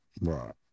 Right